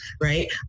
right